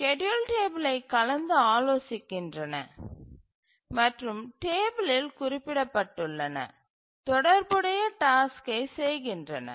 schedule டேபிளை கலந்து ஆலோசிக்கின்றன மற்றும் டேபிலில் குறிப்பிடப்பட்டுள்ள தொடர்புடைய டாஸ்க்கைச் செய்கின்றன